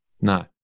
No